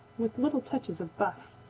with little touches of buff.